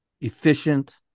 efficient